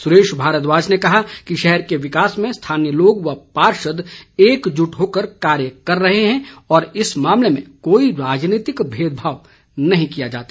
सुरेश भारद्वाज ने कहा कि शहर के विकास में स्थानीय लोग व पार्षद एकजुट होकर कार्य कर रहे हैं और इस मामले में कोई राजनीतिक भेदभाव नहीं किया जाता